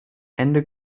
ende